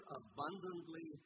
abundantly